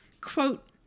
Quote